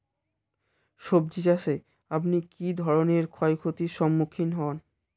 সবজী চাষে আপনি কী ধরনের ক্ষয়ক্ষতির সম্মুক্ষীণ হন?